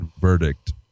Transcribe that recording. verdict